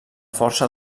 força